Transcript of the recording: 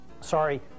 sorry